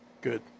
Good